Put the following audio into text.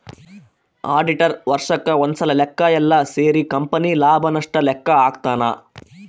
auditor ವರ್ಷಕ್ ಒಂದ್ಸಲ ಲೆಕ್ಕ ಯೆಲ್ಲ ಸೇರಿ ಕಂಪನಿ ಲಾಭ ನಷ್ಟ ಲೆಕ್ಕ ಹಾಕ್ತಾನ